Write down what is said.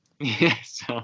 Yes